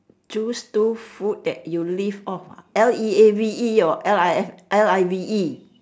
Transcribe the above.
choose two food that you leave of L E A V E or L I V E